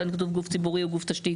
כאן כתוב "גוף ציבורי או גוף תשתית,